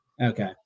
Okay